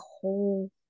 whole